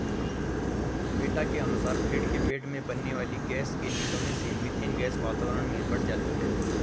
PETA के अनुसार भेंड़ के पेट में बनने वाली गैस के निकलने से मिथेन गैस वातावरण में बढ़ जाती है